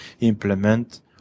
implement